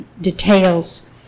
details